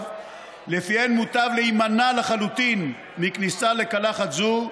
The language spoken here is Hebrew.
שלפיהן מוטב להימנע לחלוטין מכניסה לקלחת זו,